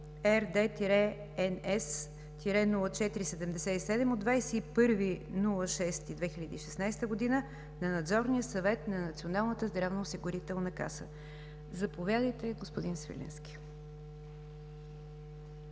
RD-NS-04-77, от 21 юни 2016 г., на Надзорния съвет на Националната здравноосигурителна каса. Заповядайте, господин Свиленски.